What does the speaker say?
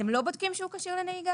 אתם לא בודקים שהוא כשיר לנהיגה?